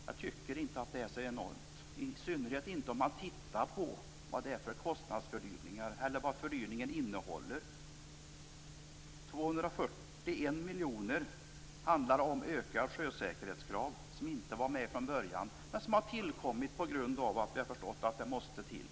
Jag tycker inte att det är så enormt, i synnerhet inte om man tittar på vad fördyringen innehåller. 241 miljoner gäller ökade sjösäkerhetskrav som inte var med från början men som har tillkommit på grund av att vi har förstått att det måste till.